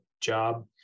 job